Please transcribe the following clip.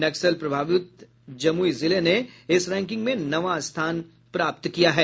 नक्सल प्रभावित जमुई जिले ने इस रैंकिंग में नवां स्थान प्राप्त किया है